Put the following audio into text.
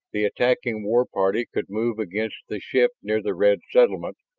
the attacking war party could move against the ship near the red settlement,